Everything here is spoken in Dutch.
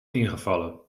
ingevallen